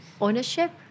ownership